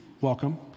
welcome